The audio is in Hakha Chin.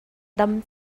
dam